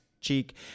cheek